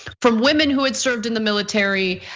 from women who had served in the military,